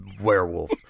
werewolf